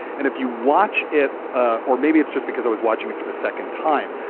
and if you watch it ah or maybe it's just because i was watching it for the second time,